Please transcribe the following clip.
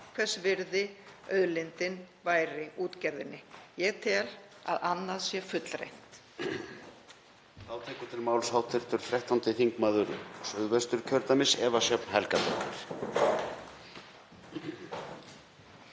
hvers virði auðlindin væri útgerðinni. Ég tel að annað sé fullreynt.